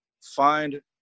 find